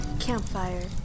Campfire